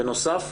בנוסף,